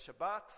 Shabbat